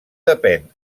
depèn